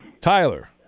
Tyler